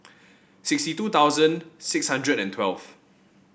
sixty two thousand six hundred and twelve